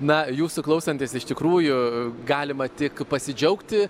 na jūsų klausantis iš tikrųjų galima tik pasidžiaugti